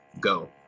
go